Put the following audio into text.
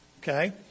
okay